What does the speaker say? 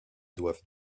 doivent